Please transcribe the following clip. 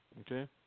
Okay